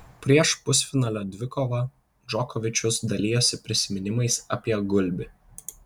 prieš pusfinalio dvikovą džokovičius dalijosi prisiminimais apie gulbį